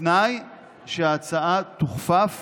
בתנאי שההצעה תוכפף